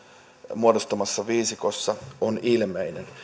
muodostamassa viisikossa on ilmeinen